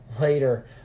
Later